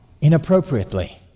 inappropriately